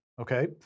Okay